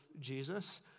Jesus